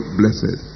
blessed